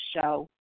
show